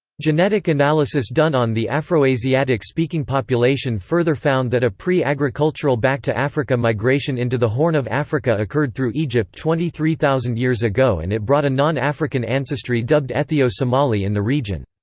genetic analysis done on the afroasiatic speaking population further found that a pre-agricultural back-to-africa migration into the horn of africa occurred through egypt twenty three thousand years ago and it brought a non-african ancestry dubbed ethio-somali in the region.